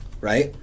Right